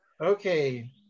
okay